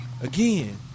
again